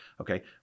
okay